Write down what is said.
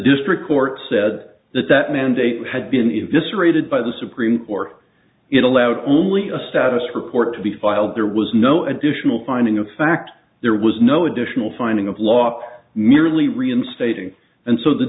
district court said that that mandate had been a vista rated by the supreme court it allowed only a status report to be filed there was no additional finding of fact there was no additional finding of law merely reinstating and so the